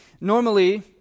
Normally